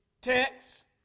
text